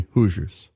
Hoosiers